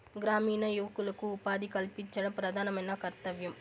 గ్రామీణ యువకులకు ఉపాధి కల్పించడం ప్రధానమైన కర్తవ్యం